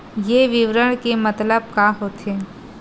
ये विवरण के मतलब का होथे?